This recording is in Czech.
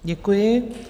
Děkuji.